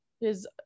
is-